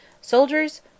Soldiers